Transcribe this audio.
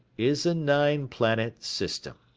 is a nine planet system.